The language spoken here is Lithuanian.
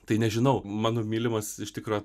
tai nežinau mano mylimas iš tikro